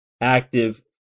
active